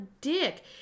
dick